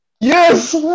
Yes